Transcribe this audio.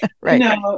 Right